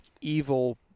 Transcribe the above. evil